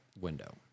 window